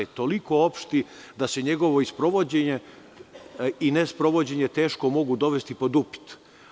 Toliko opšti da se njegovo sprovođenje i ne sprovođenje teško mogu dovesti pod upit.